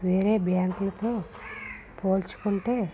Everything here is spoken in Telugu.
వేరే బ్యాంకులతో పోల్చుకుంటే